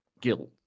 Guilt